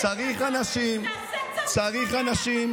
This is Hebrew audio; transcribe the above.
צריך אנשים, שתיקח